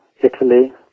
Italy